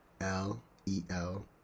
L-E-L